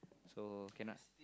so cannot